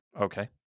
Okay